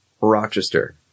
Rochester